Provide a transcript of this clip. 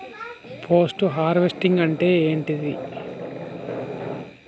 Post harvesting అంటే ఏంటిది?